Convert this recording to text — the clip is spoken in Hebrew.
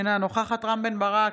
אינה נוכחת רם בן ברק,